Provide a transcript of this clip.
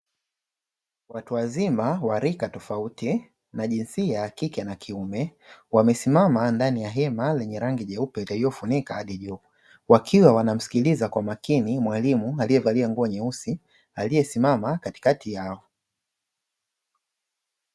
Watu wazima wa rika tofauti na jinsia ya kike na kiume, wamesimama ndani ya hema lenye rangi nyeupe lililofunika hadi juu. Wakiwa wanamsikiliza mwalimu aliyevalia nguo nyeusi, aliyesimama katikati yao.